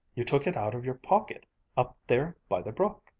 you took it out of your pocket up there by the brook.